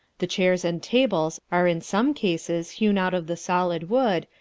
the chairs and tables are in some cases hewn out of the solid wood,